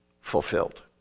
fulfilled